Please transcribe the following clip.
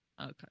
okay